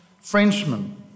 Frenchman